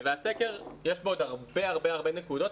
והסקר יש בו עוד הרבה הרבה נקודות,